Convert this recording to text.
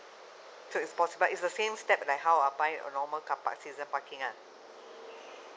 so it's possible it's the same step like how I buy a normal car park season parking lah